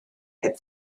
heb